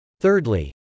Thirdly